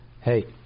Hey